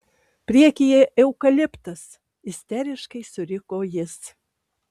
priekyje eukaliptas isteriškai suriko jis